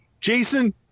Jason